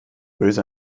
böse